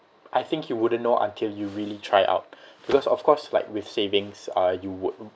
I think you wouldn't know until you really try out because of course like with savings uh you would